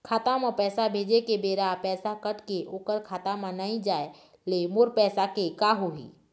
खाता म पैसा भेजे के बेरा पैसा कट के ओकर खाता म नई जाय ले मोर पैसा के का होही?